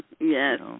Yes